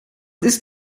ist